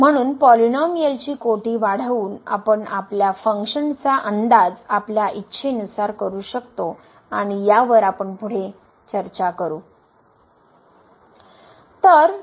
म्हणून पॉलिनोमिअलची कोटी वाढवून आपण आपल्या फंक्शन चा अंदाज आपल्या इच्छेनुसार करू शकतो आणि यावर आपण पुढे चर्चा करू